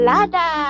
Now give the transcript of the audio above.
Lada